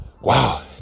Wow